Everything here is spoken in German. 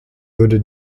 würde